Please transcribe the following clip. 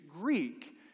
Greek